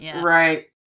Right